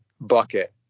bucket